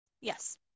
Yes